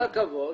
עם כל הכבוד,